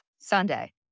Sunday